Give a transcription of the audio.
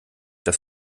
das